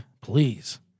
please